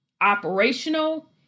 operational